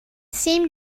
seemed